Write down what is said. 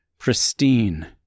pristine